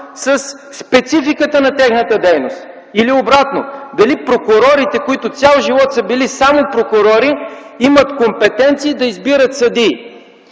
със спецификата на тяхната дейност? Или обратното – дали прокурорите, които цял живот са били само прокурори, имат компетенции да избират съдии?